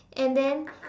and then